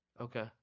Okay